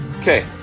Okay